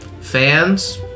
fans